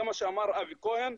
זה מה שאמר אבי כהן,